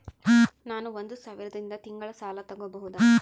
ನಾನು ಒಂದು ಸಾವಿರದಿಂದ ತಿಂಗಳ ಸಾಲ ತಗಬಹುದಾ?